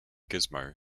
gizmo